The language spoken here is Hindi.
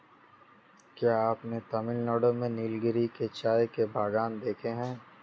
क्या आपने तमिलनाडु में नीलगिरी के चाय के बागान देखे हैं?